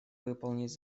выполнить